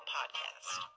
Podcast